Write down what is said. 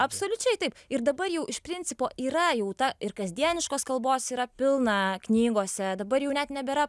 absoliučiai taip ir dabar jau iš principo yra jau ta ir kasdieniškos kalbos yra pilna knygose dabar jau net nebėra